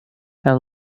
and